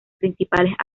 principales